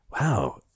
wow